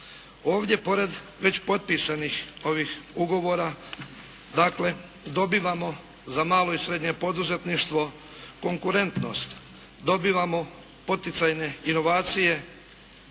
Ovdje pored već potpisanih ovih ugovora dakle dobivamo za malo i srednje poduzetništvo konkurentnost, dobivamo poticajne inovacije